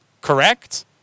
Correct